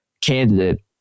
candidate